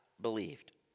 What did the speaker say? believed